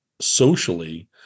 socially